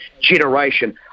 generation